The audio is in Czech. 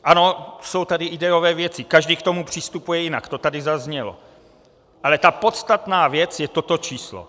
Ano, jsou tady ideové věci, každý k tomu přistupuje jinak, to tady zaznělo, ale podstatná věc je toto číslo.